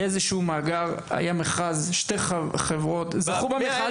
היה מכרז ושתי חברות זכו בו.